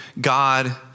God